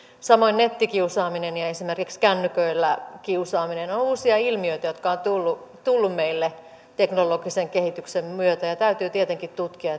samoin nettikiusaaminen ja esimerkiksi kännyköillä kiusaaminen ovat uusia ilmiöitä jotka ovat tulleet tulleet meille teknologisen kehityksen myötä täytyy tietenkin tutkia